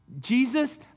Jesus